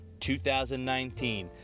2019